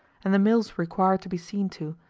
and the mills require to be seen to,